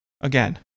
Again